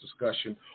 discussion